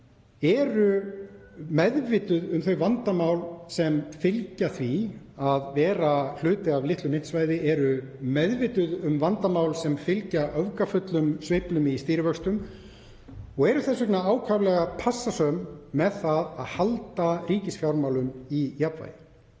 eru meðvituð um þau vandamál sem fylgja því að vera hluti af litlu myntsvæði, eru meðvituð um vandamál sem fylgja öfgafullum sveiflum í stýrivöxtum og eru þess vegna ákaflega passasöm með að halda ríkisfjármálum í jafnvægi.